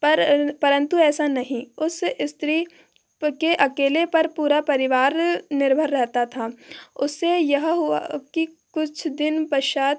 पर परंतु ऐसा नहीं उस स्त्री के अकेले पर पूरा परिवार निर्भर रहता था उससे यह हुआ कि कुछ दिन पश्चात